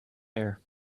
air